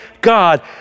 God